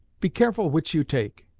be careful which you take.